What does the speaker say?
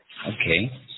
Okay